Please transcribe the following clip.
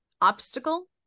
obstacle